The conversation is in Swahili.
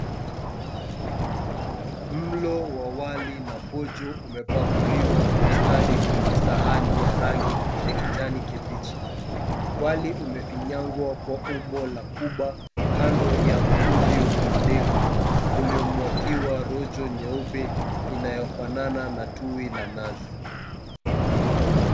Mlo wa wali na pojo umepakuliwa kwa ustadi kwenye sahani ya rangi ya kijani kibichi. Wali umefinyangwa kwa umbo la kuba kando ya mchuzi wa ndengu uliomwagiwa rojo nyeupe inayofanana na tui la nazi.